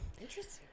Interesting